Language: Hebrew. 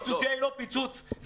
פיצוצייה היא לא פיצוץ.